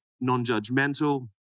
non-judgmental